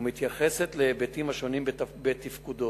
ומתייחסת להיבטים השונים בתפקודו,